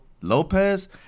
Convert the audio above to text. Lopez